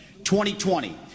2020